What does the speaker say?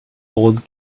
old